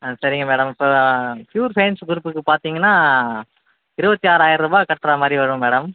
ஆ சரிங்க மேடம் இப்போ pure science குரூப்புக்கு பார்த்தீங்கன்னா இருபத்தி ஆறாயர ருபாய் கட்டுற மாதிரி வரும் மேடம்